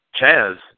Chaz